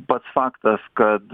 pats faktas kad